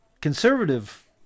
conservative